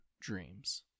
dreams